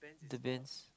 deviance